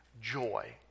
Joy